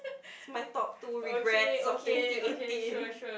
it's my top two regrets of twenty eighteen